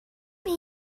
can